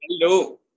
Hello